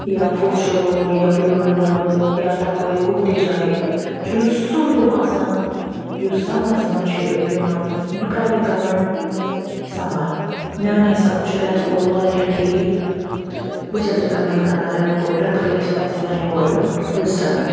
یا فور شور روڈ یا بُلواڈ وَنہٕ بہٕ یا تَپٲرۍ کُنہِ تہِ جایہِ چھُنہٕ سُہ وِو آسان یُس سَمرَس منٛز چھُ یِوان بہٕ کَرٕ رِکَمَنڈ سَمَر میٛانہِ حِسابہٕ چھُ رٮ۪تہٕ کول واریاہ ٹھیٖک بہٕ چھَس رِکَمٮ۪نٛڈ کران رٮ۪تہٕ کول رٮ۪تہٕ کٲلِس پَزِ یِمَن یور یُن وِزِٹَرَن